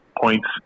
points